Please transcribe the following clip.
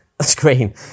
screen